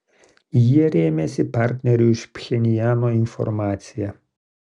jie rėmėsi partnerių iš pchenjano informacija